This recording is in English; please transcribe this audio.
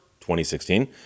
2016